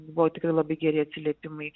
buvo tikrai labai geri atsiliepimai